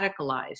radicalized